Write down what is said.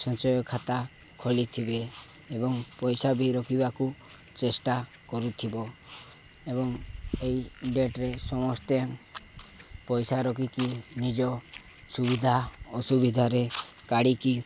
ସଞ୍ଚୟ ଖାତା ଖୋଲିଥିବେ ଏବଂ ପଇସା ବି ରଖିବାକୁ ଚେଷ୍ଟା କରୁଥିବ ଏବଂ ଏଇ ଡେଟରେ ସମସ୍ତେ ପଇସା ରଖିକି ନିଜ ସୁବିଧା ଅସୁବିଧାରେ କାଢ଼ିକି